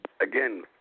Again